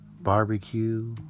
barbecue